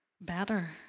better